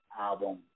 album